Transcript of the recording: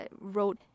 wrote